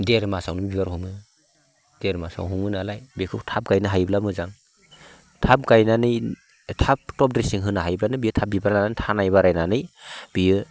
देर मासावनो बिबार हमो देर मासाव हमो नालाय बेखौ थाब गायनो हायोब्ला मोजां थाब गायनानै थाब टप ड्रेसिं होनो हायोब्लानो बे थाब बिबार लानानै थानाय बारायनानै बियो